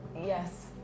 Yes